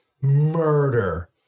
murder